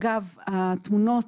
אגב, התמונות